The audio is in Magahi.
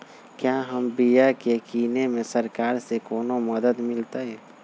क्या हम बिया की किने में सरकार से कोनो मदद मिलतई?